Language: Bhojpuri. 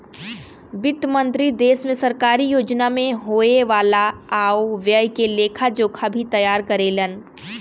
वित्त मंत्री देश में सरकारी योजना में होये वाला आय व्यय के लेखा जोखा भी तैयार करेलन